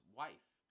wife